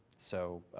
so,